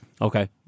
Okay